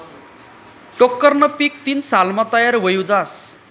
टोक्करनं पीक तीन सालमा तयार व्हयी जास